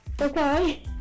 Okay